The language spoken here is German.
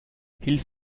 hilf